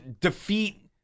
defeat